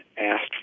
asked